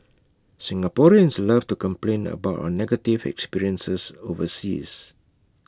Singaporeans love to complain about our negative experiences overseas